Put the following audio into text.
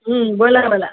बोला बोला